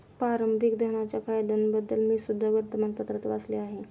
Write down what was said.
प्रारंभिक धनाच्या फायद्यांबद्दल मी सुद्धा वर्तमानपत्रात वाचले आहे